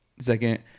Second